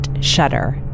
shutter